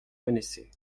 connaissaient